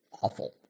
awful